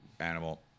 animal